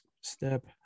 Step